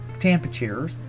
temperatures